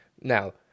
Now